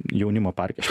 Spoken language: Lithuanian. jaunimo parke